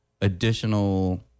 additional